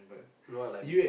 no I like